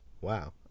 Wow